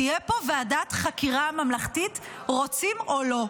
תהיה פה ועדת חקירה ממלכתית, רוצים או לא.